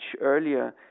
earlier